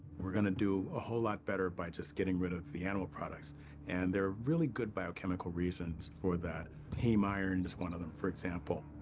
we're going to do a whole lot better by just getting rid of the animal products and there are really good biochemical reasons for that. heme iron is one of them, for example.